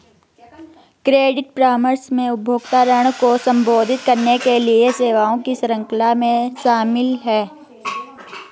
credit परामर्श में उपभोक्ता ऋण को संबोधित करने के लिए सेवाओं की श्रृंखला शामिल है